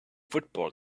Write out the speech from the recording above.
football